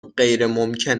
غیرممکن